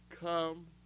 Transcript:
Come